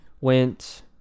went